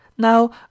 now